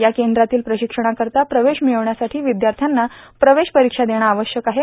या केद्रातील प्रशिक्षणाकरीता प्रवेश मिळविण्यासाठी विद्यार्थ्यांना प्रवेश परीक्षा देणं आवश्यक आहे